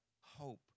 hope